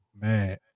man